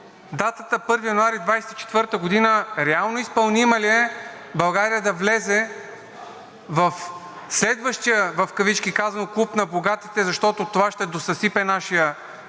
датата 1 януари 2024 г. реално изпълнима ли е България да влезе в следващия – в кавички казвам – Клуб на богатите, защото това ще досъсипе нашия